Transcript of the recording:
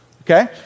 okay